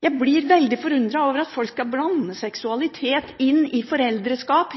Jeg blir veldig forundret over at folk hele tida skal blande seksualitet inn i foreldreskap.